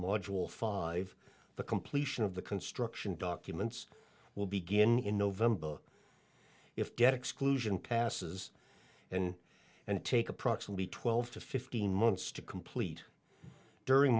module five the completion of the construction documents will begin in november if get exclusion passes in and take approximately twelve to fifteen months to complete during